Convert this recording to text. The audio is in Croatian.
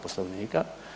Poslovnika.